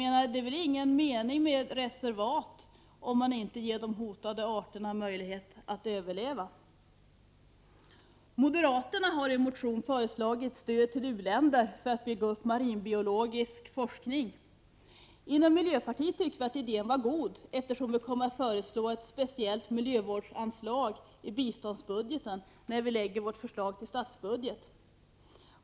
Det är väl ingen mening med reservat, om man inte ger de hotade arterna möjlighet att överleva. Moderaterna har i en motion föreslagit stöd till u-länder för utbyggnad av marinbiologisk forskning. Inom miljöpartiet tyckte vi att idén var god, eftersom vi kommer att föreslå ett speciellt miljövårdsanslag i biståndsbudgeten när vi lägger fram vårt förslag till statsbudget.